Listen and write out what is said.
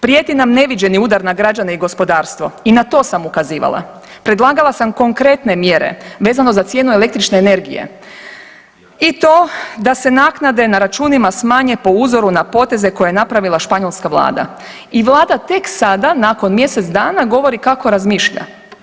Prijeti nam neviđeni udar na građane i gospodarstvo i na to sam ukazivala, predlagala sam konkretne mjere vezano za cijenu električne energije i to da se naknade na računima smanje po uzoru na poteze koje ne napravila španjolska vlada i vlada tek sada nakon mjesec dana govori kako razmišlja.